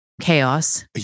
chaos